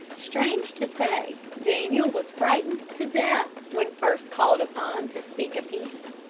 strange to say, daniel was frightened to death when first called upon to speak a piece.